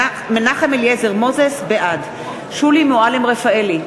בעד שולי מועלם-רפאלי,